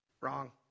wrong